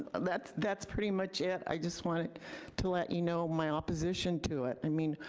and that's that's pretty much it. i just wanted to let you know my opposition to it. i mean,